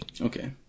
Okay